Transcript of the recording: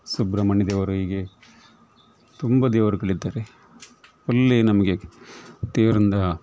ಸುಬ್ರಹ್ಮಣ್ಯ ದೇವರಿಗೆ ತುಂಬ ದೇವರುಗಳಿದ್ದಾರೆ ಒಳ್ಳೆ ನಮಗೆ ದೇವರಿಂದ